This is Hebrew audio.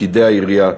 פקידי העירייה,